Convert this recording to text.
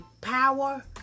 power